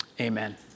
amen